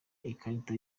ikarita